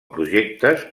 projectes